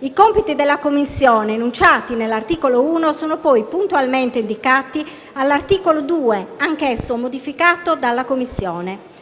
I compiti della Commissione, enunciati nell'articolo 1, sono poi puntualmente indicati nell'articolo 2, anch'esso modificato dalla Commissione.